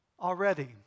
already